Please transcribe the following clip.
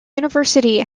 university